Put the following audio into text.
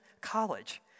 college